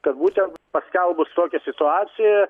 kad būten paskelbus tokią situaciją